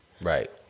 Right